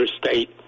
state